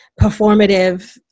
performative